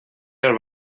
del